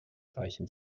reichen